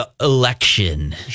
election